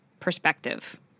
Perspective